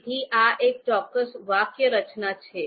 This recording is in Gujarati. તેથી આ એક ચોક્કસ વાક્યરચના છે